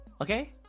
Okay